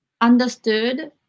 understood